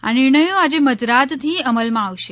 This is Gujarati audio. આ નિર્ણયો આજે મધરાતથી અમલમાં આવશે